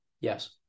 Yes